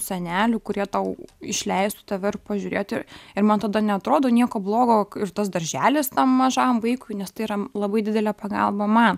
senelių kurie tau išleistų tave ir pažiūrėti ir man tada neatrodo nieko blogo ir tas darželis tam mažam vaikui nes tai yra labai didelė pagalba man